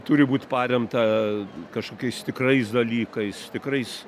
turi būt paremta kažkokiais tikrais dalykais tikrais